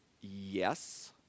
yes